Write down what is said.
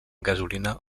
gasolina